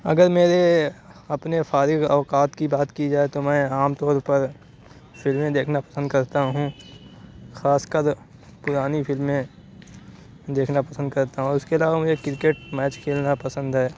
اگر میرے اپنے فارغ اوقات کی بات کی جائے تو میں عام طور پر فلمیں دیکھنا پسند کرتا ہوں خاص کر پُرانی فلمیں دیکھنا پسند کرتا ہوں اور اُس کے علاوہ مجھے کرکٹ میچ کھیلنا پسند ہے